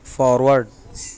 forward